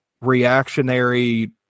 reactionary